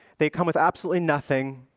they come with absolutely nothing,